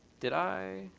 did i